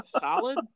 solid